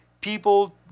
People